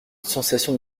sensation